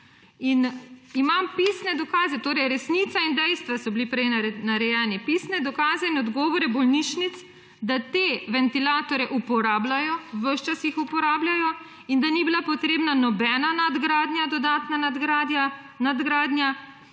Imam pisne dokaze, torej resnica in dejstva so bili prej narejeni, pisne dokaze in odgovori bolnišnic, da te ventilatorje uporabljajo, ves čas jih uporabljajo, in da ni bila potrebna nobena nadgradnja, dodatna nadgradnja, je